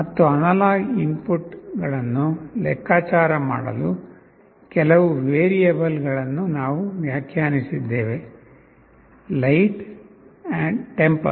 ಮತ್ತು ಅನಲಾಗ್ ಇನ್ಪುಟ್ಗಳನ್ನು ಲೆಕ್ಕಾಚಾರ ಮಾಡಲು ಕೆಲವು ವೇರಿಯೇಬಲ್ ಗಳನ್ನು ನಾವು ವ್ಯಾಖ್ಯಾನಿಸಿದ್ದೇವೆ light temper